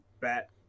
bat